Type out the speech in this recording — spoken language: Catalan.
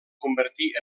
convertir